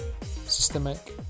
Systemic